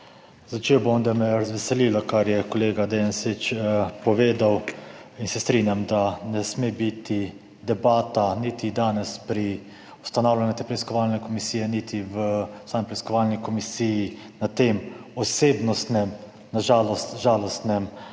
Začel bom s tem, da me je razveselilo, kar je kolega Dejan Süč povedal, in se strinjam, da ne sme biti debata niti danes pri ustanavljanju te preiskovalne komisije niti v sami preiskovalni komisiji na tem osebnostnem, na žalost, žalostnem